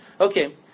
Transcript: Okay